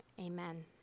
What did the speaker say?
Amen